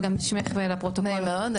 נעים מאוד,